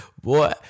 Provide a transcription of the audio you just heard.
Boy